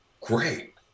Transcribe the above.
great